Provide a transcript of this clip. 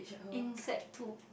insect poo